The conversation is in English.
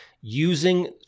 using